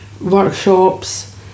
workshops